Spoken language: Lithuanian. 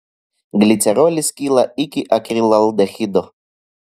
glicerolis skyla iki akrilaldehido